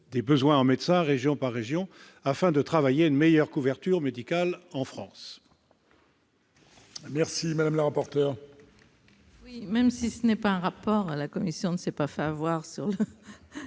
des besoins en médecins région par région, afin de travailler à une meilleure couverture médicale en France.